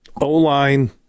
O-line